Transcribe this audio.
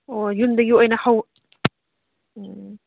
ꯑꯣ ꯌꯨꯝꯗꯒꯤ ꯑꯣꯏꯅ ꯎꯝ